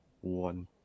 one